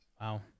Wow